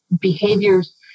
behaviors